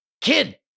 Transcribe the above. Kid